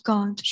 God